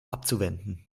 abzuwenden